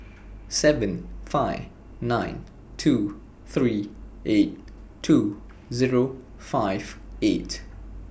seven five nine two three eight two Zero five eight